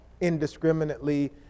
indiscriminately